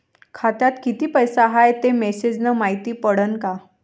खात्यात किती पैसा हाय ते मेसेज न मायती पडन का?